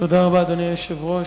תודה רבה, אדוני היושב-ראש.